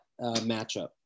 matchup